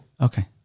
Okay